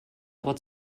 aber